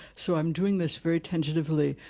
so i'm doing this very tentatively.